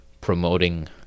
promoting